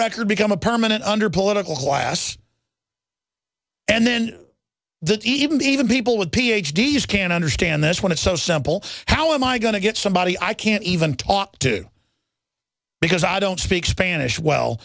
record become a permanent under political why us and then that even even people with ph d s can't understand this when it's so simple how am i going to get somebody i can't even talk to because i don't speak spanish well